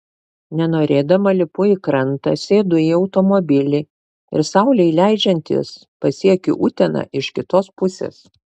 nenorėdama lipu į krantą sėdu į automobilį ir saulei leidžiantis pasiekiu uteną iš kitos pusės